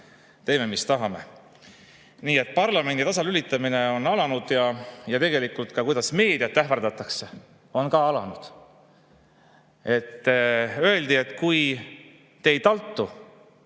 Teeme, mis tahame. Nii et parlamendi tasalülitamine on alanud ja tegelikult ka see, kuidas meediat ähvardatakse, on alanud.